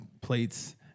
plates